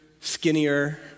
skinnier